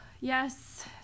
Yes